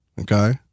okay